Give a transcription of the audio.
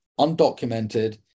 undocumented